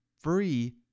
free